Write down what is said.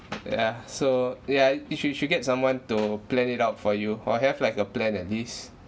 yeah so ya you should you should get someone to plan it out for you or have like a plan at least